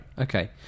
okay